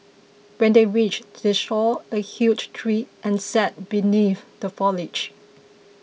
when they reached they saw a huge tree and sat beneath the foliage